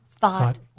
thought